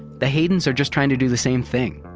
the haydens are just trying to do the same thing.